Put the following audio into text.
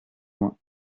loin